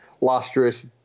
lustrous